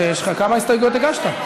כמה הסתייגויות הגשת?